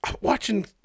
watching